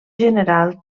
general